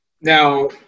Now